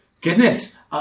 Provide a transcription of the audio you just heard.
Goodness